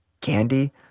candy